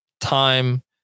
time